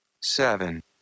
Seven